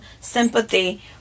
sympathy